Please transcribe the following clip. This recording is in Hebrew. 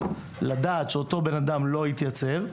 לדעת שאותו בן אדם לא התייצב.